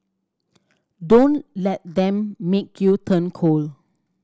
don't let them make you turn cold